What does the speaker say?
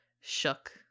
shook